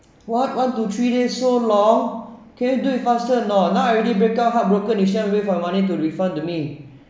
what one two three days so long can you do it faster or not now I already break up heartbroken still have to wait for the money to refund to me